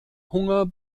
hunger